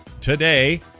today